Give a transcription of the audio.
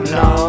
no